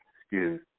Excuse